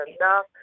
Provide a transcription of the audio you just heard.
enough